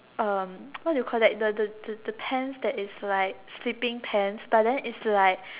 um what do you call that the the the the pants that is like sleeping pants but then it's like